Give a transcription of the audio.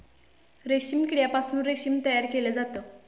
रेशीम किड्यापासून रेशीम तयार केले जाते